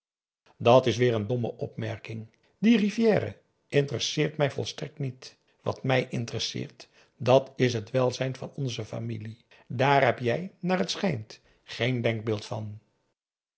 dat is weer n domme opmerking die rivière interesseert mij volstrekt niet wat mij interesseert dat is het welzijn van onze familie daar hebt jij naar het schijnt geen denkbeeld van